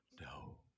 no